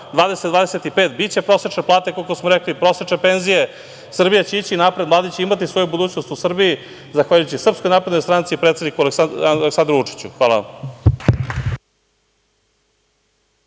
2025, biće prosečne plate koliko smo rekli, prosečne penzije. Srbija će ići napred, mladi će imati svoju budućnost u Srbiji zahvaljujući SNS i predsedniku Aleksandru Vučiću. Hvala